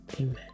amen